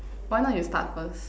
why not you start first